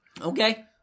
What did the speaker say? Okay